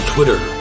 Twitter